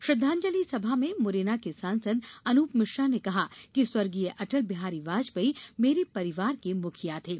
श्रद्वांजलि सभा में मुरैना के सांसद अनूप मिश्रा ने कहा कि स्व अटल बिहारी वाजपेयी मेरे परिवार के मुखिया थे